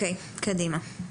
תמשיכי.